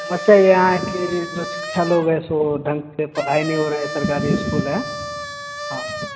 तो बच्चे यहाँ के जो शिक्षा ले रहें सो ढंग से पढ़ाई नहीं हो रहा है सरकारी स्कूल है हाँ